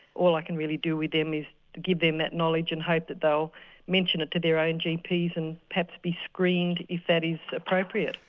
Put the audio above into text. all i can really do with them is give them that knowledge and hope that they'll mention it to their own and gps and perhaps be screened if that is appropriate.